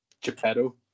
Geppetto